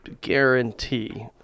guarantee